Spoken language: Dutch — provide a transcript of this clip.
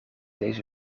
deze